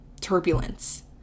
turbulence